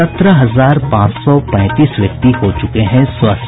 सत्रह हजार पांच सौ पैंतीस व्यक्ति हो चुके हैं स्वस्थ